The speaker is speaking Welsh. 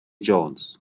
jones